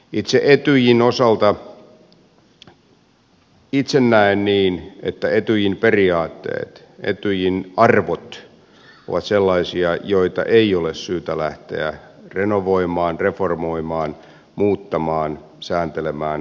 itse etyjin osalta itse näen niin että etyjin periaatteet etyjin arvot ovat sellaisia joita ei ole syytä lähteä renovoimaan reformoimaan muuttamaan sääntelemään uudeksi